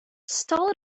stall